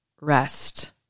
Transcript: rest